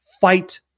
fight